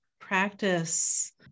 practice